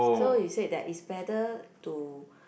so you said that is better to